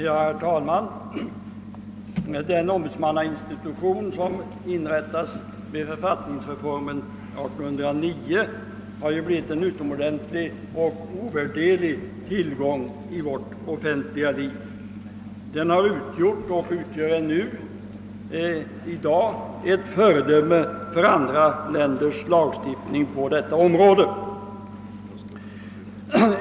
Herr talman! Den ombudsmannainstitution som inrättades i samband med författningsreformen år 1809 har ju blivit en utomordentlig och ovärderlig tillgång i vårt offentliga liv. Den har utgjort och utgör ännu i dag ett föredöme för andra länders lagstiftning på detta område.